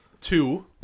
two